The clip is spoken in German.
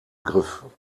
griff